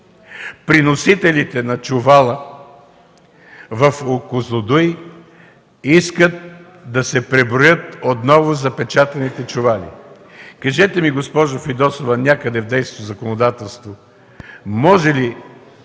Приносителите на чувала в Козлодуй искат да се преброят отново запечатаните чували. Кажете ми, госпожо Фидосова, някъде в действащото законодателство може ли